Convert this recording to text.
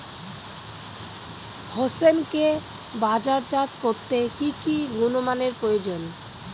হোসেনকে বাজারজাত করতে কি কি গুণমানের প্রয়োজন?